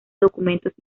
documentos